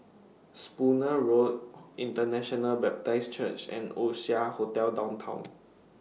Spooner Road International Baptist Church and Oasia Hotel Downtown